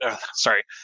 Sorry